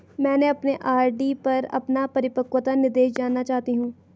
मैं अपने आर.डी पर अपना परिपक्वता निर्देश जानना चाहती हूँ